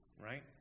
Right